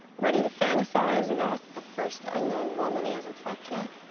ready to fantasize about the first unknown woman he hasn't fucked yet.